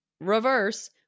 reverse